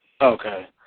Okay